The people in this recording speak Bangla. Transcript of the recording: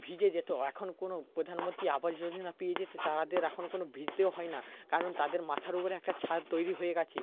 ভিজে যেত এখন কোনো প্রধানমন্ত্রী আবাস যোজনা পেয়ে যেতে তাদের এখন কোনো ভিজতেও হয় না কারণ তাদের মাথার ওপরে একটা ছাদ তৈরি হয়ে গিয়েছে